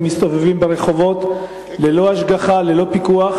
מסתובבים ברחובות ללא השגחה, ללא פיקוח,